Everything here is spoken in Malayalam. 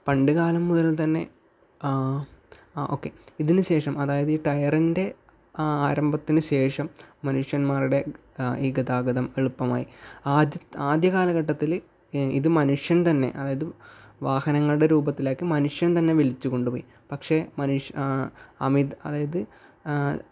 പണ്ട് കാലം മുതൽ തന്നെ ആ ഓക്കേ ഇതിനു ശേഷം അതായത് ഈ ടയറിൻ്റെ ആരംഭത്തിന് ശേഷം മനുഷ്യന്മാരുടെ ഈ ഗതാഗതം എളുപ്പമായി ആദ്യ ആദ്യകാലഘട്ടത്തിൽ ഇത് മനുഷ്യൻ തന്നെ അതായത് വാഹനങ്ങളുടെ രൂപത്തിലാക്കി മനുഷ്യൻ തന്നെ വലിച്ചുകൊണ്ട് പോയി പക്ഷേ മനുഷ്യ അമിത അതായത്